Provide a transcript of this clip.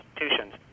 institutions